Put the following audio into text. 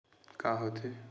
का होथे?